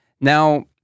Now